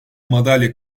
madalya